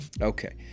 Okay